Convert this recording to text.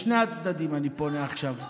לשני הצדדים אני פונה עכשיו.